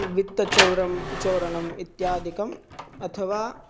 वित्तचोरं चौर्यम् इत्यादिकम् अथवा